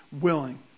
willing